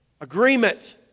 agreement